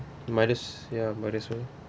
mothers ya might as well